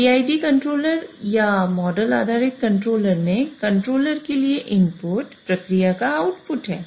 PID controller या model आधारित controller मेंकंट्रोलर के लिए इनपुट प्रक्रिया का आउटपुट है